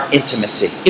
intimacy